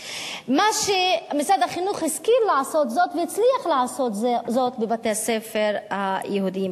מה שמשרד החינוך השכיל לעשות והצליח לעשות בבתי-הספר היהודיים,